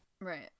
right